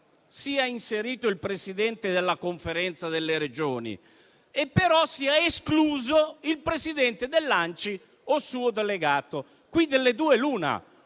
sia inserito il Presidente della Conferenza delle Regioni, ma sia escluso il Presidente dell'ANCI o un suo delegato. Qui delle due l'una: